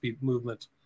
movement